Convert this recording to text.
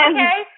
Okay